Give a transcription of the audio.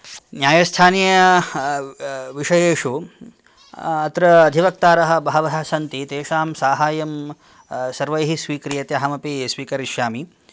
न्यायस्थानीय विषयेषु अत्र अधिवक्तारः बहवः सन्ति तेषां साहाय्यं सर्वैः स्वीक्रियते अहमपि स्वीकरिष्यामि